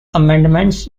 amendments